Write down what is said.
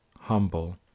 humble